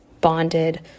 bonded